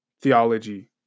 theology